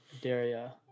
Daria